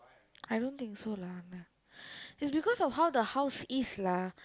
I don't think so lah Anand is because of how the house is lah